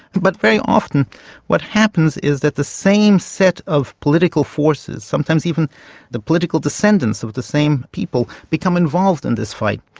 but very often what happens is that the same set of political forces, sometimes even the political descendants of the same people, become involved in this fight.